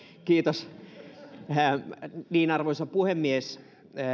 kiitos arvoisa puhemies